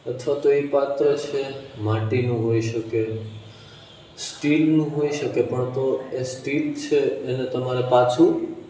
અથવા તો એ પાત્ર છે માટીનું હોઈ શકે સ્ટીલનું હોઈ શકે પણ તો એ સ્ટીલ છે એને તમારે પાછું